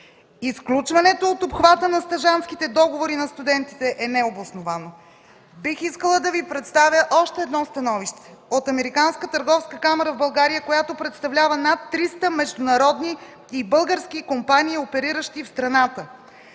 Изключването от обхвата на стажантските договори на студентите е необосновано.” Бих искала да Ви представя още едно становище – от Американската търговска камара в България, която представлява над 300 международни и български компании, опериращи в страната.